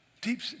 deep